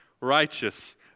Righteous